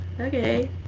okay